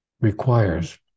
requires